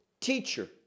Teacher